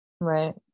Right